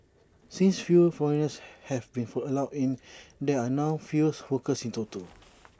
since fewer foreigners have been for allowed in there are now fewer workers in total